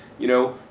you know?